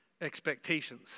Expectations